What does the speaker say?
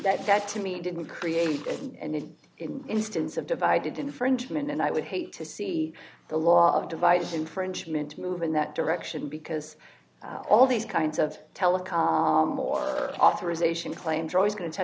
that that to me didn't create it and if an instance of divided infringement and i would hate to see the law of device infringement to move in that direction because all these kinds of telecom or authorization claims are always going to tell